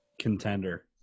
Contender